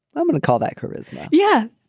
i'm going to call that charisma yeah,